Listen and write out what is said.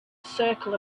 circle